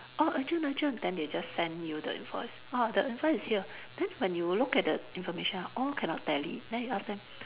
oh urgent urgent then they just send you the invoice oh the invoice is here then when you look at the information all cannot tally then you ask them